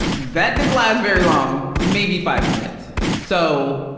that didn't last very long. maybe five minutes. so,